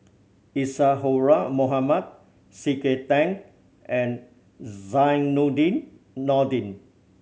Isadhora Mohamed C K Tang and Zainudin Nordin